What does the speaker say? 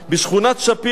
בשכונת-שפירא.